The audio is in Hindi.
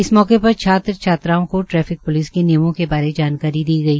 इस मौके पर छात्र छात्राओं को ट्रैफिक प्लिस के नियमों के बारे में भी जानकारी दी गई